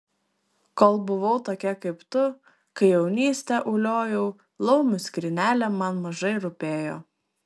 kol buvau tokia kaip tu kai jaunystę uliojau laumių skrynelė man mažai rūpėjo